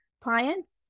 clients